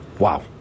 Wow